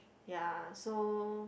ya so